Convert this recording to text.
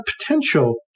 potential